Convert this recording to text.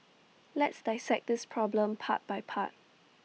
let's dissect this problem part by part